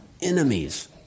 enemies